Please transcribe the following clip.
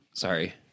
Sorry